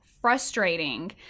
frustrating